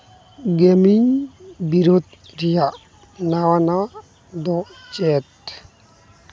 gaming ᱵᱤᱨᱤᱫᱽ ᱨᱮᱭᱟᱜ ᱱᱟᱣᱟᱱᱟᱜ ᱫᱚ ᱪᱮᱫ